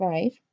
Right